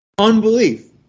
Unbelief